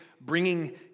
bringing